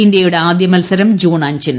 ഇന്ത്യയുടെ ആദ്യ മത്സരം ജൂൺ അഞ്ചിന്